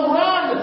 run